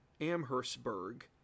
Amherstburg